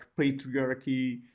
patriarchy